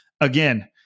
Again